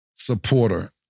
Supporter